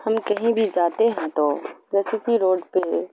ہم کہیں بھی جاتے ہیں تو جیسے کہ روڈ پہ